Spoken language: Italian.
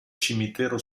cimitero